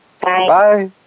Bye